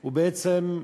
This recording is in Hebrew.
הוא בעצם,